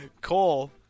Cole